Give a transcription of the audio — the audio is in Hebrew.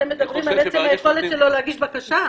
אתם מדברים על עצם היכולת שלו להגיש בקשה.